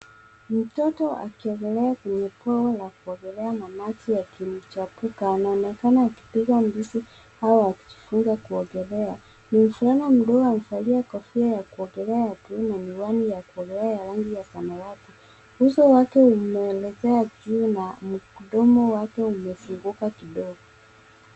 Mtoto akiogolea kwenye bwawa la kuogelea na maji yakimchapuka, anaonekana akipiga mbizi au akijifunza kuogelea. Ni mvulana mdogo aliyevalia kofia ya kuogelea akiwa na miwani ya kuogelea ya rangi wa samawati. Uso wake unaelekea juu na mdomo wake umefunguka kidogo.